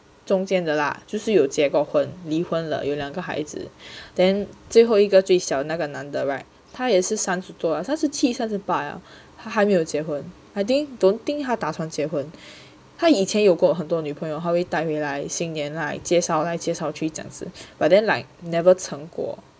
中间的啦就是有结过婚离婚了有两个孩子 then 最后一个最小的那个男的 [right] 他也是三十多啊三十七三十八他还没有结婚 I think don't think 他打算结婚他以前有过很多女朋友他会带回来新年来介绍来介绍去这样子 but then like never 成果